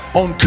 on